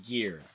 Year